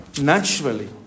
naturally